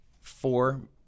four